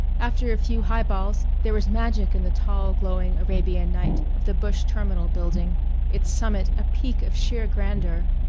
after a few high-balls there was magic in the tall glowing arabian night of the bush terminal building its summit a peak of sheer grandeur,